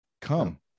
come